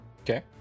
Okay